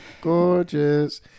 gorgeous